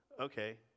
okay